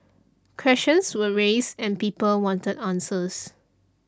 questions were raised and people wanted answers